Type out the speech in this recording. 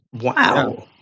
wow